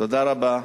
תודה רבה.